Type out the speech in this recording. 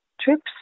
trips